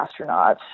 astronauts